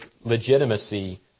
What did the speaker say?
legitimacy